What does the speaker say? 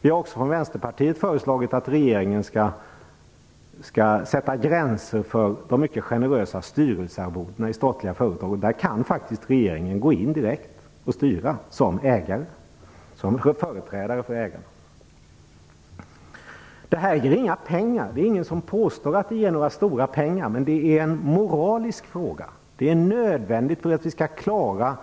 Vi har också från Vänsterpartiet föreslagit att regeringen skall sätta gränser för de mycket generösa styrelsearvodena i statliga företag. Där kan regeringen faktiskt gå in direkt och styra, som företrädare för ägarna. Detta ger inga stora pengar - det är ingen som påstår det. Men det är en moralisk fråga. Det är nödvändigt för att vi skall få